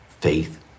faith